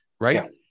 right